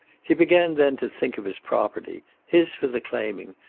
he began then to think of his property, his for the claiming,